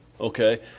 Okay